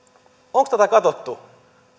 onko tätä katsottu